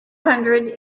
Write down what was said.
hundred